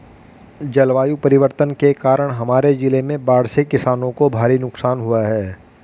जलवायु परिवर्तन के कारण हमारे जिले में बाढ़ से किसानों को भारी नुकसान हुआ है